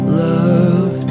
love